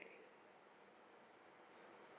okay